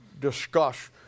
discuss